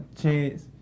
Chance